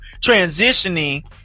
transitioning